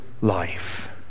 life